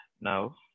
Now